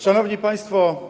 Szanowni Państwo!